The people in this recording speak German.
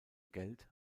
geld